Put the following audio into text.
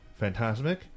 Fantasmic